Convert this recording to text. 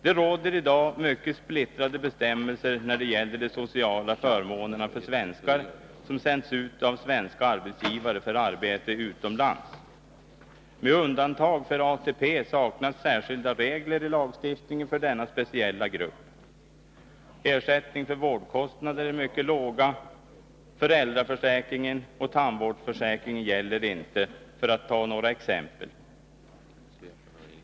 Det råder i dag mycket splittrade bestämmelser när det gäller de sociala förmånerna för svenskar som sänds ut av svenska arbetsgivare för arbete utomlands. Med undantag för ATP saknas särskilda regler i lagstiftningen när det gäller denna speciella grupp. Ersättning för vårdkostnader är mycket låg, föräldraförsäkringen och tandvårdsförsäkringen gäller inte — för att ta några exempel.